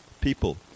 People